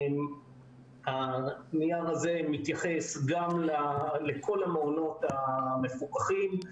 הנייר הזה מתייחס גם לכל המעונות המפוקחים,